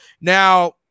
now